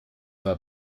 war